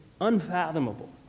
unfathomable